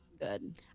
good